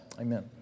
Amen